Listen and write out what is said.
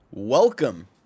Welcome